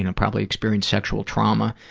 and probably experienced sexual trauma.